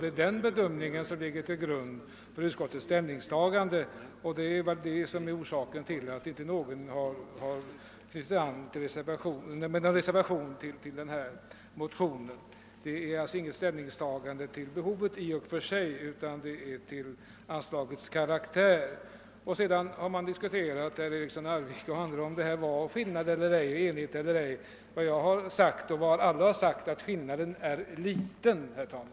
Det är den bedömningen som har legat till grund för utskottets ställningstagande, och det har väl också varit orsaken till att ingen har knutit någon reservation till fru Erikssons i Stockholm motion. Här är det alltså inte fråga om något ställningstagande till behovet i och för sig utan till anslagets karaktär. Herr Eriksson i Arvika och andra talare har diskuterat huruvida det i den tidigare berörda frågan rått några delade uppfattningar eller inte. På den punkten har jag bara sagt att skillnaderna i uppfattning är små.